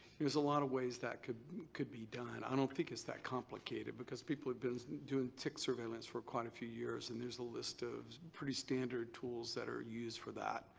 there's a lot of ways that could could be done. i don't think it's that complicated, because people have been doing tick surveillance for quite a few years and there's list of pretty standard tools that are used for that.